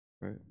Right